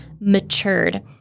matured